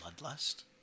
bloodlust